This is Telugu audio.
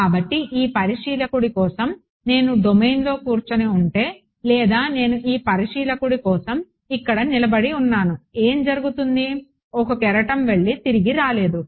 కాబట్టి ఈ పరిశీలకుడి కోసం నేను డొమైన్లో కూర్చొని ఉంటే లేదా నేను ఈ పరిశీలకుడి కోసం ఇక్కడ నిలబడి ఉన్నాను ఏం జరుగుతుంది ఒక కెరటం వెళ్లి తిరిగి రాలేదు